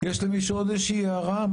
יש למישהו עוד איזוהי הערה?